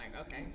okay